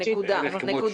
תודה.